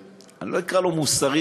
אני לא אקרא לו "מוסרי",